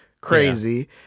crazy